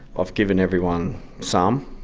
i've given everyone some,